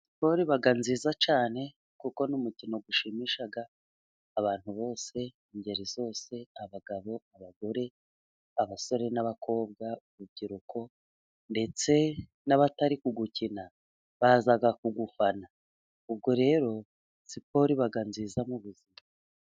Siporo iba nziza cyane kuko ni umukino ushimisha abantu bose, ingeri zose, abagabo, abagore, abasore n'abakobwa, urubyiruko ndetse n'abatari kuwukina baza kuwufana, ubwo rero siporo iba nziza mu buzima.